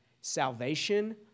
salvation